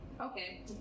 Okay